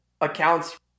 accounts